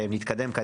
נתקדם.